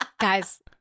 Guys